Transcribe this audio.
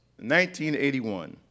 1981